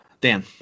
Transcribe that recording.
Dan